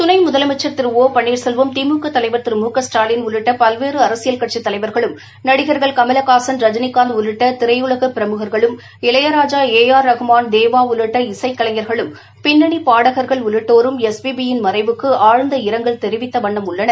துணை முதலமைச்சா் திரு ஓ பன்னீாசெவ்வம் திமுக தலைவா் திரு மு க ஸ்டாலின் உள்ளிட்ட பல்வேறு அரசியல் கட்சித் தலைவர்களும் நடிகர்கள் கமல ஹாசன் ரஜினிகாந்தி உள்ளிட்ட திரையுலக பிரமுகர்களும் இளையராஜா ஏ ஆர் ரஹ்மான் தேவா உள்ளிட்ட இசைக் கலைஞர்களும் பின்னணி பாடகர்கள் உள்ளிட்டோரும் எஸ் பி பி யின் மறைவுக்கு ஆழ்ந்த இரங்கல் தெரிவித்த வண்ணம் உள்ளனர்